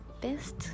best